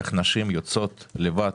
איך נשים יוצאות לבד